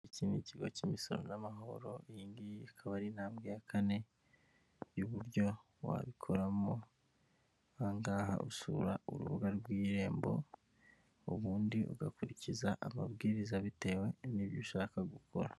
Iki ni ikigo cy'imisoro n'amahoro iyi ngiyi ni intambwe ya kane y'uburyo wabikoramo .Aha ngaha usura urubuga rw'irembo ubundi ugakurikiza amabwiriza bitewe n'ibyo ushaka gukora.